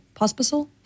Pospisil